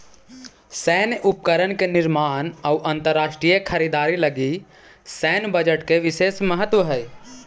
सैन्य उपकरण के निर्माण अउ अंतरराष्ट्रीय खरीदारी लगी सैन्य बजट के विशेष महत्व हई